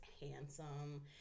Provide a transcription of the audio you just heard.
handsome